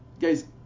guys